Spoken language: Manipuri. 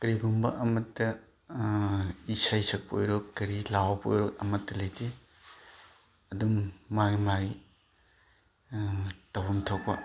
ꯀꯔꯤꯒꯨꯝꯕ ꯑꯃꯠꯇ ꯏꯁꯩ ꯁꯛꯄ ꯑꯣꯏꯔꯣ ꯀꯔꯤ ꯂꯥꯎꯕ ꯑꯣꯏꯔꯣ ꯑꯃꯠꯇ ꯂꯩꯇꯦ ꯑꯗꯨꯝ ꯃꯥꯒꯤ ꯃꯥꯒꯤ ꯇꯧꯐꯝ ꯊꯣꯛꯄ